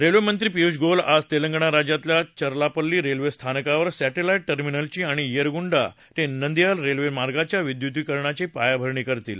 रेल्वेमंत्री पियूष गोयल आज तेलंगणा राज्यातल्या चरलापल्ली रेल्वे स्थानकावर सॉं आई र्मिनलची आणि येरगुं ते नंदयाल रेल्वे मार्गाच्या विद्युतीकरणाची पायाभरणी करतील